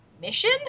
mission